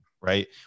right